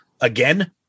Again